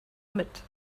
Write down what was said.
mit